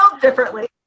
differently